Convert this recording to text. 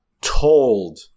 told